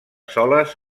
soles